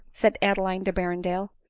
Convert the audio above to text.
said adeline to berrendale.